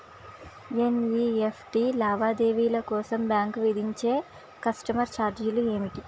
NEFT లావాదేవీల కోసం bank విధించే కస్టమర్ ఛార్జీలు ఏమిటి?